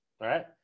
right